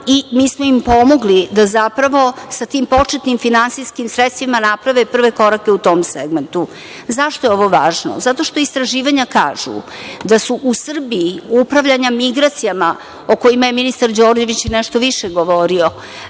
i mi smo im pomogli da zapravo sa tim početnim finansijskim sredstvima naprave prve korake u tom segmentu. Zašto je to važno? Zato što istraživanja kažu da su u Srbiji upravljanja migracijama, o kojima je ministar Đorđević nešto više govorio,